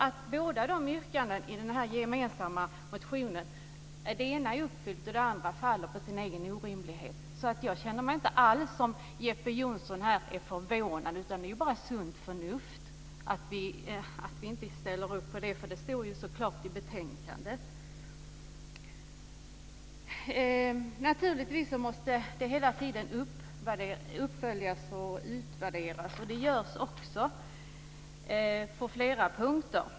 Det ena yrkandet i den gemensamma motionen är uppfyllt. Det andra faller på sin egen orimlighet. Jeppe Johnsson sade att han var förvånad. Men det är ju bara sunt förnuft att vi inte ställer upp på det här. Det står ju så klart i betänkandet. Naturligtvis måste det här hela tiden följas upp och utvärderas. Det görs också på flera punkter.